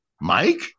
Mike